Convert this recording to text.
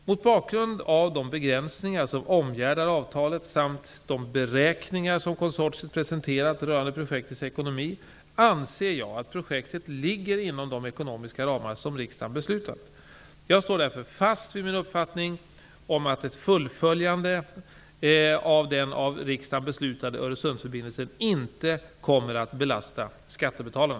Mot bakgrund av de begränsningar som omgärdar avtalet samt de beräkningar som konsortiet presenterat rörande projektets ekonomi anser jag att projektet ligger inom de ekonomiska ramar som riksdagen beslutat. Jag står därför fast vid min uppfattning om att ett fullföljande av den av riksdagen beslutade Öresundsförbindelsen inte kommer att belasta skattebetalarna.